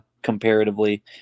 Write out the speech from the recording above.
comparatively